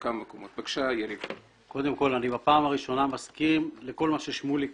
אני בפעם הראשונה מסכים לכל מה ששמוליק